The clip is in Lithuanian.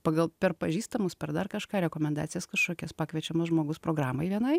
pagal per pažįstamus per dar kažką rekomendacijas kažkokias pakviečiamas žmogus programai vienai